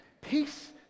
peace